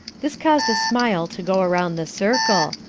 this caused a smile to go around the circle,